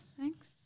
Thanks